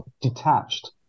detached